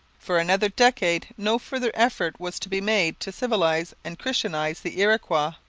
for another decade no further effort was to be made to civilize and christianize the iroquois.